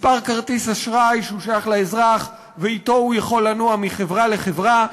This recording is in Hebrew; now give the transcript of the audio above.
מספר כרטיס אשראי ששייך לאזרח ואתו הוא יכול לנוע מחברה לחברה,